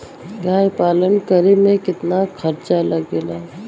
गाय पालन करे में कितना खर्चा लगेला?